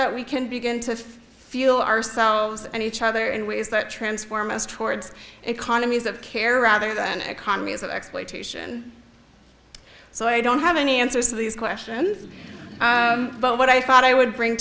that we can begin to feel ourselves and each other in ways that transform us towards economies of care rather than economies of exploitation so i don't have any answers to these questions but what i thought i would bring